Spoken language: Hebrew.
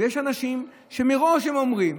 יש אנשים שמראש הם אומרים.